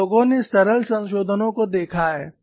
और लोगों ने सरल संशोधनों को देखा है